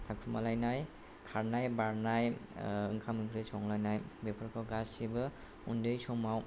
थाखुमालायनाय खारनाय बारनाय ओंखाम ओंख्रि संनाय बेफोरखौ गासैबो उन्दै समाव